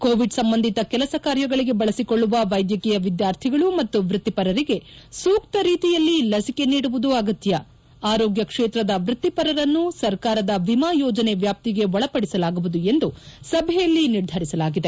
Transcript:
Covid ಸಂಬಂಧಿತ ಕೆಲಸ ಕಾರ್ಯಗಳಿಗೆ ಬಳಸಿಕೊಳ್ಳುವ ವೈದ್ಧಕೀಯ ವಿದಾರ್ಥಿಗಳು ಮತ್ತು ವೃತ್ತಿಪರರಿಗೆ ಸೂಕ್ತ ರೀತಿಯಲ್ಲಿ ಲಸಿಕೆ ನೀಡವುದು ಅಗತ್ಯ ಆರೋಗ್ಯ ಕ್ಷೇತ್ರದ ವೃತ್ತಿಪರರನ್ನು ಸರ್ಕಾರದ ವಿಮಾ ಯೋಜನೆ ವ್ಯಾಪ್ತಿಗೆ ಒಳಪಡಿಸಲಾಗುವುದು ಎಂದು ಸಭೆಯಲ್ಲಿ ನಿರ್ಧರಿಸಲಾಗಿದೆ